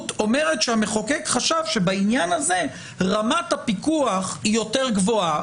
אומרת שהמחוקק חשב שבעניין הזה רמת הפיקוח היא יותר גבוהה,